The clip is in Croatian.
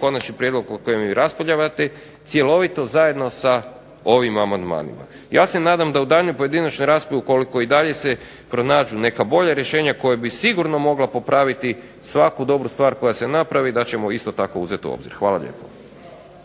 Konačni prijedlog o kojem raspravljate cjelovito zajedno sa ovim amandmanima. Ja se nadam u daljnjoj pojedinačnoj raspravi ukoliko dalje se pronađu neka bolja rješenja koja bi sigurno mogla popraviti svaku dobru stvar koja se napravi da ćemo isto tako uzeti u obzir. Hvala lijepo.